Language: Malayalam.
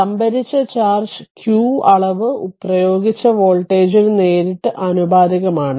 സംഭരിച്ച ചാർജ് q അളവ് പ്രയോഗിച്ച വോൾട്ടേജിന് നേരിട്ട് ആനുപാതികമാണ്